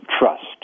trust